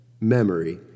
memory